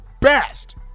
best